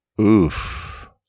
Oof